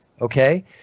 okay